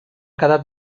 quedat